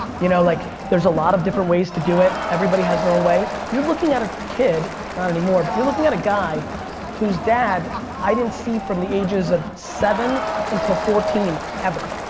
you know like there's a lot of different ways to do it. everybody has her own way. you're looking at a kid, not anymore, but you're looking at a guy whose dad i didn't see from the ages of seven until fourteen ever.